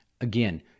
Again